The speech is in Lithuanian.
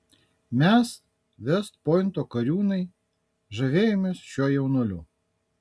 mes vest pointo kariūnai žavėjomės šiuo jaunuoliu